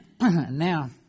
Now